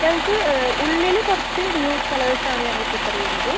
ഞങ്ങൾക്ക് ഉള്ളിൽ കുറച്ച് ന്യൂ കളേഴ്സാണ് ഞങ്ങൾ പ്രിഫറ് ചെയ്യുന്നത്